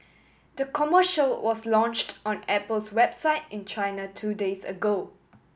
the commercial was launched on Apple's website in China two days ago